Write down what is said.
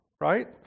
right